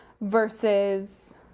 versus